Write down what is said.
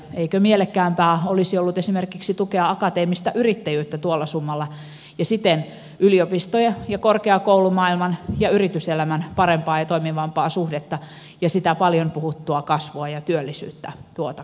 eikö mielekkäämpää olisi ollut esimerkiksi tukea akateemista yrittäjyyttä tuolla summalla ja siten yliopisto ja korkeakoulumaailman ja yrityselämän parempaa ja toimivampaa suhdetta ja sitä paljon puhuttua kasvua ja työllisyyttä tuota kautta